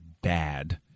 bad